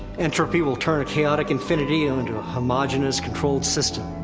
entropy will turn a chaotic infinity ah into a homogenous, controlled system.